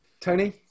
Tony